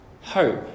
hope